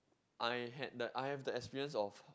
I had the I have the experience of